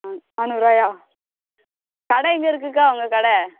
ம் நானூறுபாயா கடை எங்கே இருக்குதுக்கா உங்கள் கடை